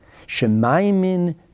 Shemaimin